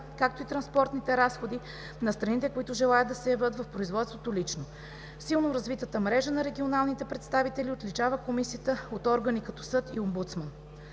както и транспортните разходи на страните, които желаят да се явят в производството лично. Силно развитата мрежа на регионалните представители отличава Комисията от органи като съд и омбудсман.